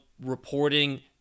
reporting